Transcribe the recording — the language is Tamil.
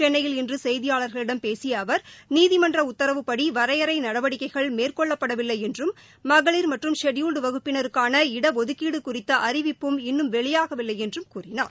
சென்னையில் இன்று செய்தியாளர்களிடம் பேசிய அவர் நீதிமன்ற உத்தரவுப்படி வரையறை நடவடிக்கைகள் மேற்கொள்ளப்படவில்லை என்றும் மகளிர் மற்றும் ஷெடியூல்டு வகுப்பினருக்கான இடஒதுக்கீடு குறித்த அறிவிப்பும் இன்னும் வெளியாகவில்லை என்றும் கூறினார்